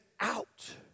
out